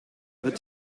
het